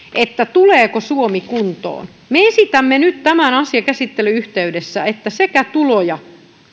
tuleeko suomi kuntoon me esitämme nyt tämän asian käsittelyn yhteydessä että sekä tuloja